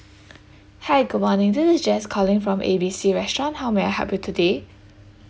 hi good morning this is jess calling from A B C restaurant how may I help you today